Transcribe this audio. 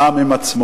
העם עם עצמו.